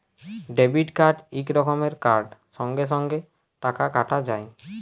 debit card ইক রকমের card সঙ্গে সঙ্গে টাকা কাটা যায়